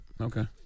Okay